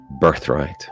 birthright